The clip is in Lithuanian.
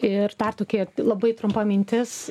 ir dar tokie labai trumpa mintis